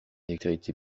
dextérité